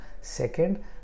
second